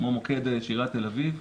כמו מוקד של עיריית תל אביב,